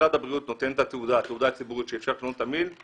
כשמשרד הבריאות נותן את התעודה הציבורית שאפשר לשנות את המין,